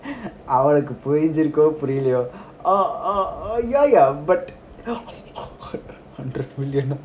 அவளுக்குபுரிஞ்சிருக்கோஇல்லையோ:avalukku purinchurukko illaiyoo oh oh ya ya but hundredth million